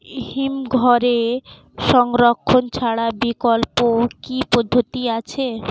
হিমঘরে সংরক্ষণ ছাড়া বিকল্প কি পদ্ধতি আছে?